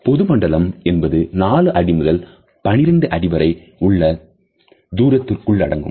பொது மண்டலம் என்பது 4 அடிமுதல் 12 அடி வரை உள்ள தூரத்திற்குள்ளடங்கும்